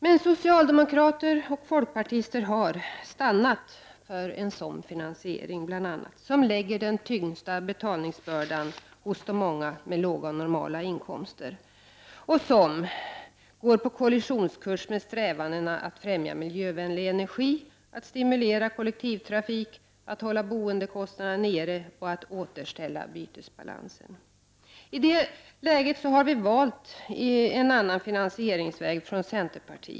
Men socialdemokrater och folkpartister har stannat för en finansiering som lägger den tyngsta betalningsbördan hos de många med låga och normala inkomster. Detta går på kollisionskurs med strävandena att främja miljövänlig energi, att stimulera kollektivtrafik, att hålla boendekostnaderna nere och att återställa bytesbalansen. I det läget valde vi i centern en annan finansieringsväg.